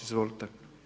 Izvolite.